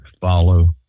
follow